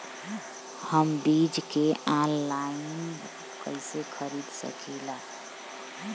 हम बीज के आनलाइन कइसे खरीद सकीला?